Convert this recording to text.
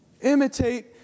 Imitate